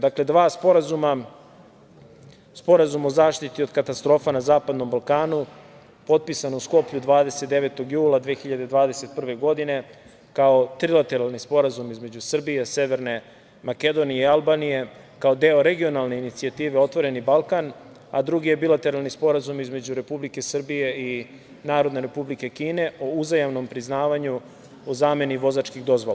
Dakle, dva sporazuma – Sporazum o zaštiti od katastrofa na zapadnom Balkanu, potpisan u Skoplju 29. jula 2021. godine kao trilateralni sporazum između Srbije, Severne Makedonije i Albanije, kao deo regionalne inicijative „Otvoreni Balkan“, a drugi je bilateralni Sporazum između Republike Srbije i Narodne Republike Kine o uzajamnom priznavanju o zameni vozačkih dozvola.